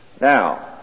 Now